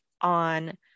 on